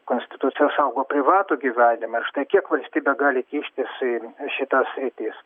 konstitucija saugo privatų gyvenimą ir štai kiek valstybė gali kištis į šitas sritis